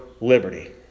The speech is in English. liberty